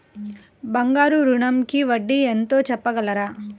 బంగారు ఋణంకి వడ్డీ ఎంతో చెప్పగలరా?